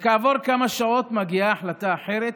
וכעבור כמה שעות מגיעה החלטה אחרת,